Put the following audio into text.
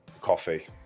Coffee